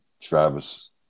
Travis